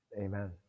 amen